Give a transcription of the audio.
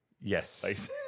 Yes